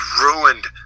ruined